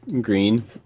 green